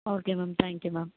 okay ma'am thank you ma'am